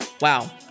Wow